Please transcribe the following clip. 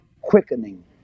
quickening